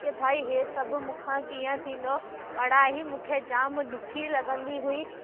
की भाई इहे सभु मूं खां कीअं थींदो पढ़ाई मूंखे जाम ॾुखी लॻंदी हुई